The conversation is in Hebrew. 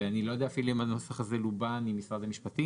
ואני לא יודע אפילו אם הנוסח הזה לובן עם משרד המשפטים,